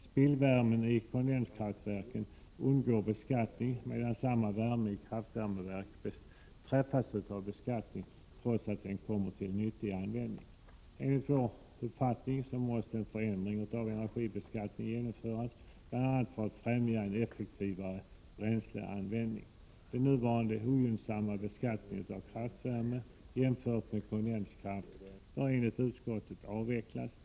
Spillvärmen i kondenskraftverk undgår beskattning medan samma värme i kraftvärmeverk träffas av beskattning trots att den kommer till nyttig användning. Enligt vår mening måste en förändring av energibeskattningen genomföras, bl.a. för att främja en effektivare bränsleanvändning. Den nuvarande ogynnsamma beskattningen av kraftvärme jämfört med kondenskraft bör avvecklas.